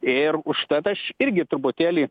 ir užtat aš irgi truputėlį